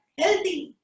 healthy